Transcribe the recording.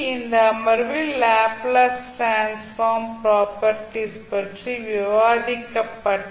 இந்த அமர்வில் Laplace transform properties பற்றி விவாதிக்கப்பட்டது